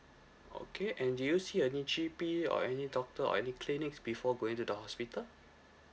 okay and did you see any G_P or any doctor or any clinics before going to the hospital